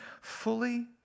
fully